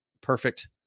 perfect